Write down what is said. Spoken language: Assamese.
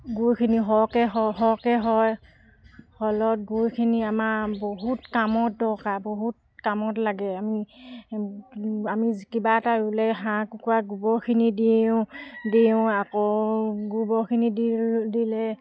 গুখিনি সৰহকৈ সৰহকৈ হয় হ'লত গুখিনি আমাৰ বহুত কামত দৰকাৰ বহুত কামত লাগে আমি আমি কিবা এটা ৰুলে হাঁহ কুকুৰা গোবৰখিনি দিওঁ দিওঁ আকৌ গোবৰখিনি দি দিলে